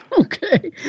Okay